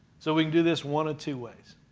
so we can do this one of two ways.